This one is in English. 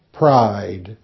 Pride